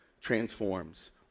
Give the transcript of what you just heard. transforms